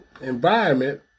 environment